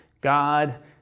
God